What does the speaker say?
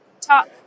talk